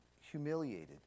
humiliated